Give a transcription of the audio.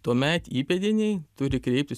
tuomet įpėdiniai turi kreiptis